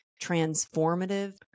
transformative